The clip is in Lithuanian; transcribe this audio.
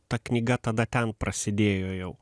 ta knyga tada ten prasidėjo jau